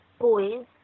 boys